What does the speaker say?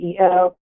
CEO